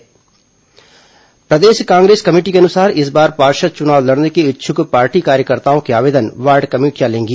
कांग्रेस पत्रकारवार्ता प्रदेश कांग्रेस कमेटी के अनुसार इस बार पार्षद चुनाव लड़ने के इच्छुक पार्टी कार्यकर्ताओं के आवेदन वार्ड कमेटियां लेंगी